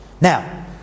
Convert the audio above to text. Now